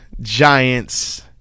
Giants